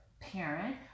parent